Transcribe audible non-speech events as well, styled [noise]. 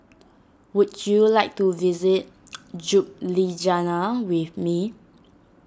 would you like to visit [noise] Ljubljana with me